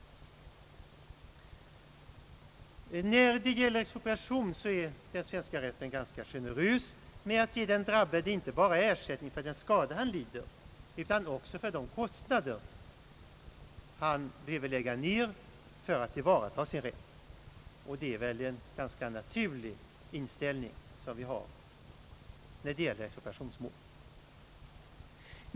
När det gäller expropriation är den svenska rätten ganska generös i fråga om att tillerkänna den drabbade inte bara ersättning för den skada han lider utan också för de kostnader han behöver lägga ner för att tillvarata sin rätt; och det är väl en ganska naturlig inställning som vi har när det gäller expropriationsmål.